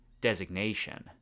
designation